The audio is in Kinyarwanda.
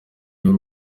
w’u